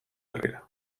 herrira